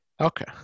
Okay